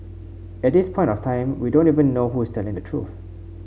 at this point of time we don't even know who's telling the truth